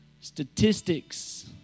statistics